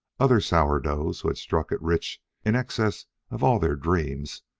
other sourdoughs, who had struck it rich in excess of all their dreams,